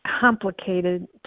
complicated